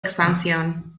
expansión